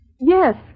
Yes